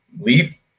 leap